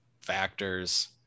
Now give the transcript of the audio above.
Factors